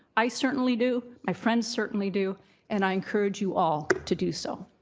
i certainly do, my friends certainly do and i encourage you all to do so.